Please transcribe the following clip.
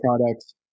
products